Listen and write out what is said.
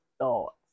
thoughts